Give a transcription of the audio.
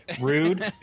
rude